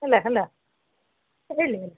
hello hello ಹೇಳಿ ಹೇಳಿ